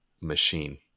machine